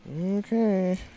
Okay